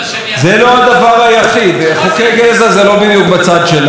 מוסי, אני לא שכחתי מה זה להיות יהודי.